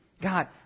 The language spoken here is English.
God